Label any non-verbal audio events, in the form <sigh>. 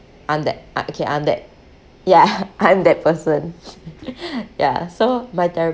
I'm that okay I'm that ya I'm that person <laughs> ya so my therapist